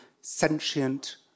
sentient